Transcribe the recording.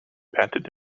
patent